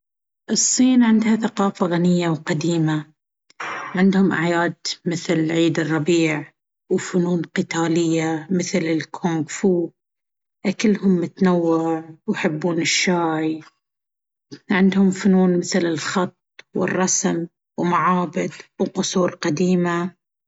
الصين عندها ثقافة غنية وقديمة. عندهم أعياد مثل عيد الربيع، وفنون قتالية مثل الكونغ فو. أكلهم متنوع ويحبون الشاي. عندهم فنون مثل الخط والرسم، ومعابد وقصور قديمة.